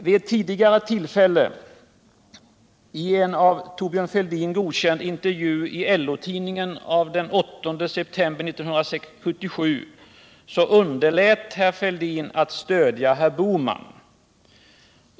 Vid ett tidigare tillfälle, i en av Thorbjörn Fälldin godkänd intervju i LO-tidningen av den 8 september 1977, underlät herr Fälldin att stödja herr Bohman.